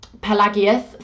Pelagius